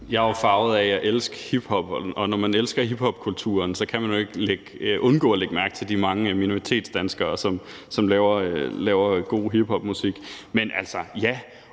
Jeg er farvet af at elske hiphop, og når man elsker hiphopkulturen, kan man jo ikke undgå at lægge mærke til alle de minoritetsdanskere, som laver god hiphopmusik. Men